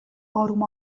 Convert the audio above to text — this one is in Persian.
آروم